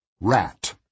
RAT